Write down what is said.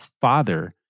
father